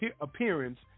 appearance